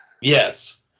yes